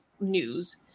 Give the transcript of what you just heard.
news